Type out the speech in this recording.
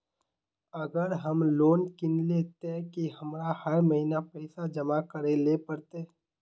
अगर हम लोन किनले ते की हमरा हर महीना पैसा जमा करे ले पड़ते?